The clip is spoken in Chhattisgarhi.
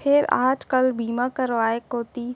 फेर आज काल बीमा करवाय कोती